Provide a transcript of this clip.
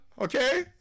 okay